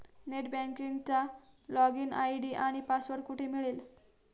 Net बँकिंगचा login ID आणि password कुठे मिळेल?